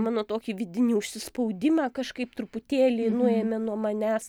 mano tokį vidinį užsispaudimą kažkaip truputėlį nuėmė nuo manęs